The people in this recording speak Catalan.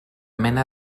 mena